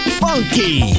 funky